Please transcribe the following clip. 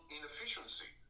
inefficiency